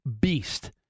beast